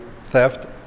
theft